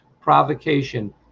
provocation